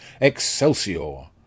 Excelsior